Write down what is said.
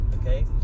Okay